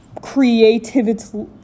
Creativity